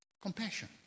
Compassion